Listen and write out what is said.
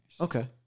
Okay